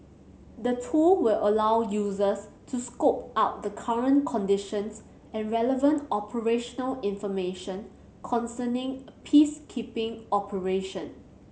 the tool will allow users to scope out the current conditions and relevant operational information concerning a peacekeeping operation